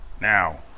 Now